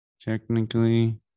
technically